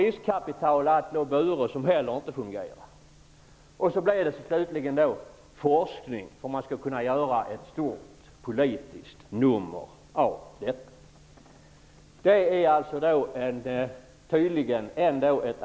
Riskkapitalet Atle och Bure fungerade inte heller. Slutligen blev det forskning som föreslogs för att man skulle kunna göra ett storts politiskt nummer av detta. Men denna reserv är tydligen ändå positiv.